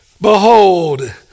behold